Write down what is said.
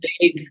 big